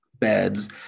beds